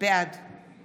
בעד